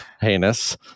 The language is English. heinous